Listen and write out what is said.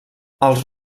els